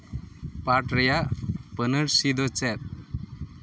ᱯᱟᱴᱷ ᱨᱮᱭᱟᱜ ᱯᱟᱹᱱᱟᱹᱨᱥᱤ ᱫᱚ ᱪᱮᱫ